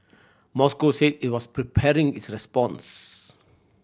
Moscow said it was preparing its response